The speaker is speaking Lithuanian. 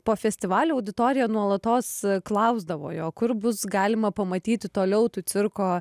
po festivalio auditorija nuolatos klausdavo jo kur bus galima pamatyti toliau tų cirko